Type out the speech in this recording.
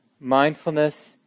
Mindfulness